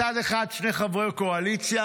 מצד אחד שני חברי קואליציה,